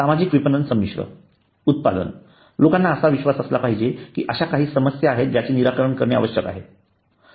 सामाजिक विपणन संमिश्र उत्पादन लोकांना असा विश्वास असला पाहिजे कि अश्या काही समस्या आहेत ज्यांचे निराकरण करणे आवश्यक आहे